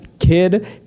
kid